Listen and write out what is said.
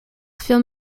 film